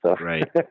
Right